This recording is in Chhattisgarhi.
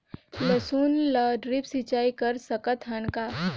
लसुन ल ड्रिप सिंचाई कर सकत हन का?